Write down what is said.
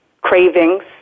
cravings